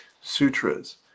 sutras